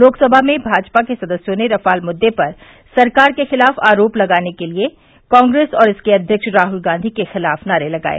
लोकसभा में भाजपा के सदस्यों ने रफाल मुद्दे पर सरकार के खिलाफ आरोप लगाने के लिए कांग्रेस और इसके अध्यक्ष राहुल गांधी के खिलाफ नारे लगाये